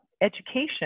education